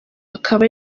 akaba